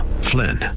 Flynn